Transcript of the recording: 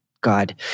God